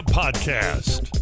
podcast